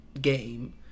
game